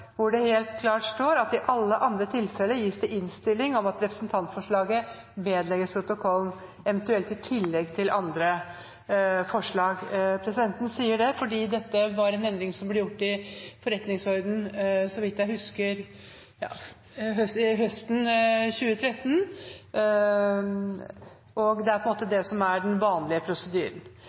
hvor det helt klart står: «I alle andre tilfeller gis det innstilling om at representantforslaget vedlegges protokollen, eventuelt i tillegg til andre forslag.» Presidenten sier dette fordi dette var en endring som ble gjort i forretningsordenen høsten 2013, så vidt presidenten husker, og det er det som er den vanlige prosedyren.